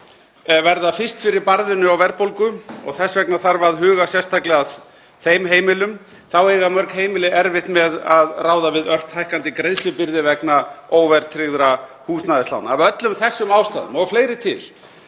verða fyrst fyrir barðinu á verðbólgu og þess vegna þarf að huga sérstaklega að þeim heimilum. Þá eiga mörg heimili erfitt með að ráða við ört hækkandi greiðslubyrði vegna óverðtryggðra húsnæðislána. Af öllum þessum ástæðum og fleiri til